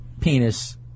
penis